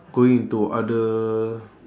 going into other